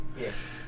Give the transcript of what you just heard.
yes